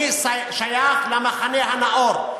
אני שייך למחנה הנאור,